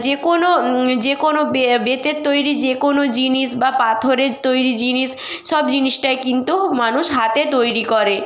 যে কোনো যে কোনো বে বেতের তৈরি যে কোনো জিনিস বা পাথরের তৈরি জিনিস সব জিনিসটাই কিন্তু মানুষ হাতে তৈরি করে